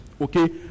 Okay